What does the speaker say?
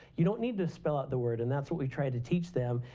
you don't need to spell out the word and that's what we try to teach them,